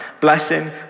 blessing